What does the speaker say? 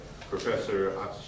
Professor